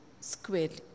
squarely